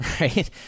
right